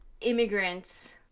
immigrants